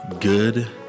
good